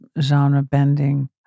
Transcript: genre-bending